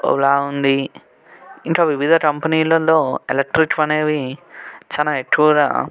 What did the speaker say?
ఓలా ఉంది ఇంకా వివిధ కంపెనీలలో ఎలక్ట్రిక్వి అనేవి చాలా ఎక్కువగా